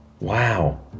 Wow